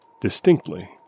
distinctly